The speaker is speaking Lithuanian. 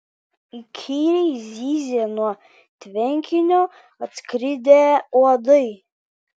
įkyriai zyzė nuo tvenkinio atskridę uodai